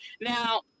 Now